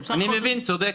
אני מבין, אתה צודק,